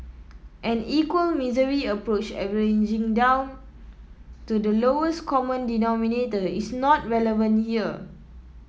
an equal misery approach averaging down to the lowest common denominator is not relevant here